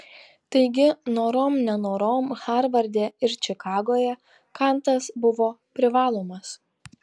taigi norom nenorom harvarde ir čikagoje kantas buvo privalomas